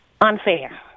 unfair